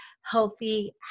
healthy